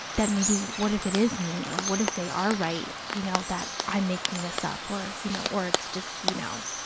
that maybe, what if it is me or what if they are right, you know, that i'm making this up or, you know, or it's just, you know.